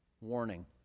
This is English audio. warning